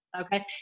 Okay